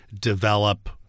develop